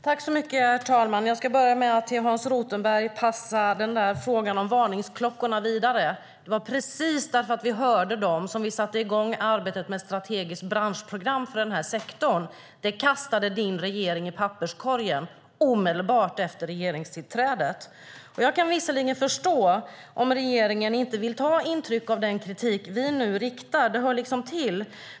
Herr talman! Jag ska börja med att passa frågan om varningsklockorna vidare till Hans Rothenberg. Det var precis för att vi hörde dem som vi satte i gång arbetet med ett strategiskt branschprogram för den här sektorn. Det kastade din regering i papperskorgen omedelbart efter regeringstillträdet. Jag kan visserligen förstå om regeringen inte vill ta intryck av den kritik vi nu riktar - det hör liksom till.